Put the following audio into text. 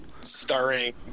starring